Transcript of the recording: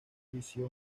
visión